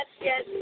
yes